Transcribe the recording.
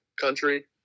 country